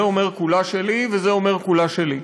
זה אומר: כולה שלי, וזה אומר: כולה שלי.